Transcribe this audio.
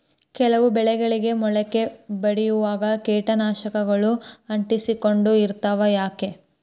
ಕೆಲವು ಬೆಳೆಗಳಿಗೆ ಮೊಳಕೆ ಒಡಿಯುವಾಗ ಕೇಟನಾಶಕಗಳು ಅಂಟಿಕೊಂಡು ಇರ್ತವ ಯಾಕೆ?